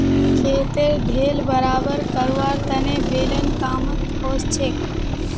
खेतेर ढेल बराबर करवार तने बेलन कामत ओसछेक